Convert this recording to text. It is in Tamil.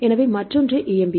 எனவே மற்றொன்று EMBL